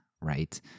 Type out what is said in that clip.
right